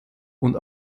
und